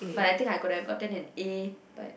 but I think I could have gotten an A but